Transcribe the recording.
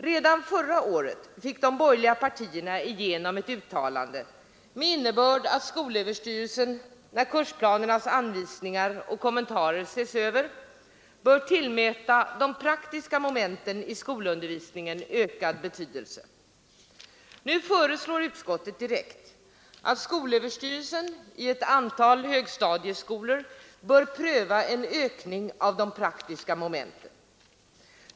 Redan förra året fick de borgerliga partierna igenom ett uttalande med innebörd att skolöverstyrelsen, när kursplanernas anvisningar och kommentarer ses över, bör tillmäta de praktiska momenten i skolundervisningen ökad betydelse. Nu föreslår utskottet direkt att SÖ i ett antal högstadieskolor bör pröva en ökning av de praktiska momenten.